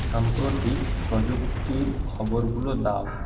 সাম্প্রতিক প্রযুক্তির খবরগুলো দাও